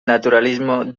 naturalismo